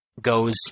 goes